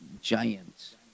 giants